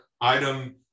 item